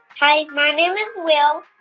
hi. my name is will.